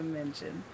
mention